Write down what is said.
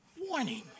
warning